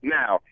now